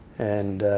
and